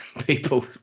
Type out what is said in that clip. people